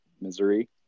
misery